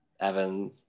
Evan